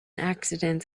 accident